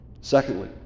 Secondly